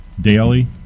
daily